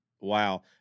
Wow